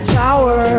tower